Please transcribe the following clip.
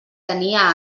tenia